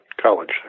college